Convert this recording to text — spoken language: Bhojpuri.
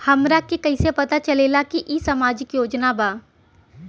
हमरा के कइसे पता चलेगा की इ सामाजिक योजना बा?